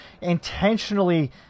intentionally